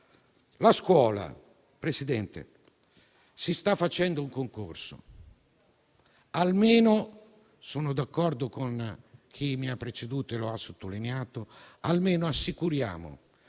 signor Presidente, si sta facendo un concorso; sono d'accordo con chi mi ha preceduto e lo ha sottolineato: almeno assicuriamo